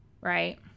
right